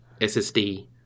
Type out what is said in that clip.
ssd